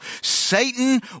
Satan